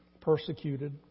persecuted